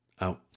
out